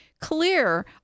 clear